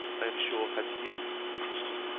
i am sure had you.